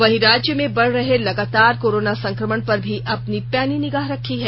वहीं राज्य में बढ़ रहे लगातार कोरोना संकमण पर भी अपनी पैनी निगाह रखी है